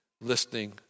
listening